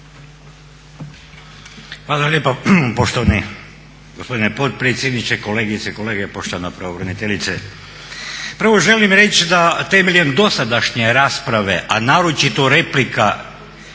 Hvala lijepa poštovani gospodine potpredsjedniče, kolegice i kolege, poštovana pravobraniteljice. Prvo želim reći da temeljem dosadašnje rasprave, a naročito replika